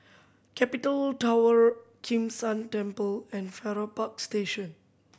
Capital Tower Kim San Temple and Farrer Park Station